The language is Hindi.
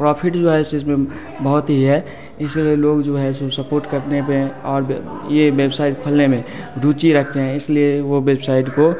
प्रॉफ़िट जो है इस चीज़ में बहुत ही ये है इसलिए लोग जो है सो सपोर्ट करने पे और ये बेबसाइट खोलने में रुचि रखते हैं इसलिए वो बेबसाइट को